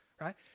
Right